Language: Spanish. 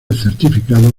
certificado